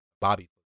Bobby